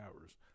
hours